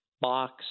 box